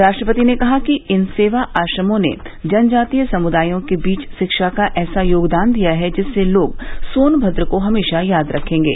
राष्ट्रपति ने कहा कि इन सेवा आश्रमों ने जनजातीय समुदायों के बीच शिक्षा का ऐसा योगदान किया है जिससे लोग सोनभद्र को हमेशा याद रखेंगे